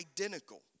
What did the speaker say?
identical